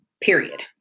Period